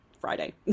Friday